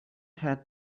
had